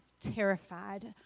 terrified